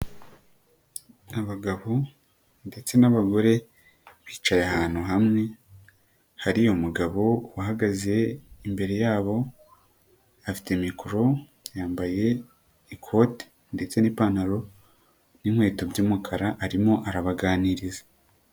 Abagabo ndetse n'abagore bicaye ahantu hamwe, hari umugabo uhagaze imbere yabo, afite mikoro yambaye ikote ndetse n'ipantaro n'inkweto by'umukara, arimo arabaganiriza.